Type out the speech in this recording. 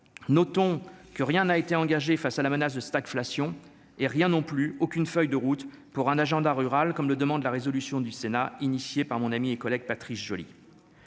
notons que rien n'a été engagée face à la menace de stagflation et rien non plus, aucune feuille de route pour un agenda rural comme le demande la résolution du Sénat initiée par mon ami et collègue Patrice Joly.